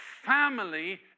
family